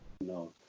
No